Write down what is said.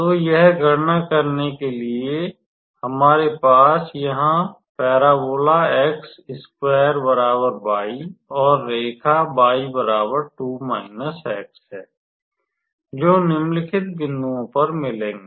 तो यह गणना करने के लिए कि हमारे पास यहाँ परवलय और रेखा है जो निम्नलिखित बिंदुओं पर मिलेंगे